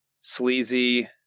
sleazy